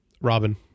robin